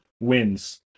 Wins